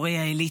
מפורייה עילית.